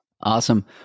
Awesome